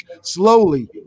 slowly